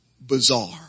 bizarre